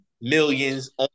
millions